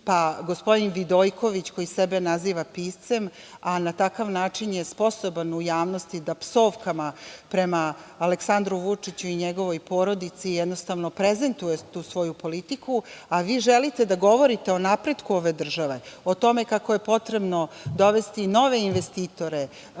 pa gospodin Vidojković koji sebe naziva piscem, a na takav način je sposoban u javnosti da psovkama prema Aleksandru Vučiću i njegovoj porodici jednostavno prezentuje tu svoju politiku, a vi želite da govorite o napretku ove države, o tome kako je potrebno dovesti nove investitore,